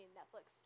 Netflix